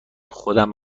خودم